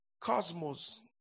cosmos